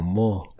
more